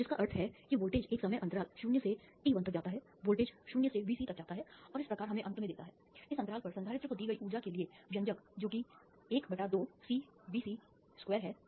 तो जिसका अर्थ है कि वोल्टेज एक समय अंतराल 0 से t1 तक जाता है वोल्टेज 0 से Vc तक जाता है और इस प्रकार हमें अंत में देता है इस अंतराल पर संधारित्र को दी गई ऊर्जा के लिए व्यंजक जो कि ½CVc2 है